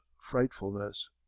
frightfulness